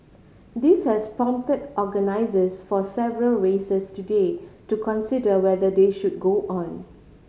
this has prompted organisers of several races today to consider whether they should go on